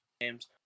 games